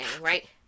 Right